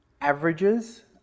averages